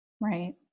right